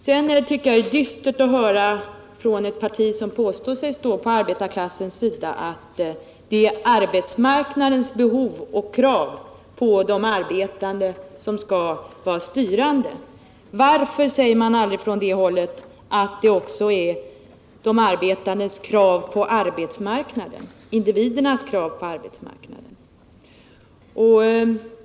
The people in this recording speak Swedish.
Sedan tycker jag att det är dystert att från ett parti som påstår sig stå på arbetarklassens sida få höra att det är arbetsmarknadens behov och krav på de arbetande som skall vara styrande. Varför talas det från det hållet aldrig om individernas krav på arbetsmarknaden?